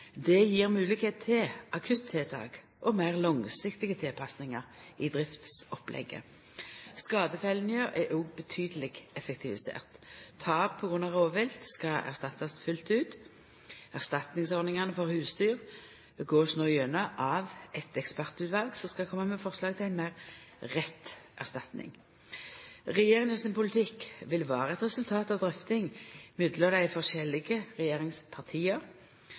akutttiltak og meir langsiktige tilpassingar i driftsopplegget. Skadefellinga er òg betydeleg effektivisert. Tap på grunn av rovvilt skal erstattast fullt ut. Erstatningsordningane for husdyr blir no gått igjennom av eit ekspertutval som skal kome med forslag til meir rett erstatning. Regjeringa sin politikk vil vera eit resultat av drøftingar mellom dei forskjellige regjeringspartia.